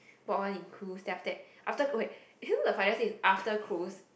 bought one in cruise then after that after okay you know the funniest thing is after cruise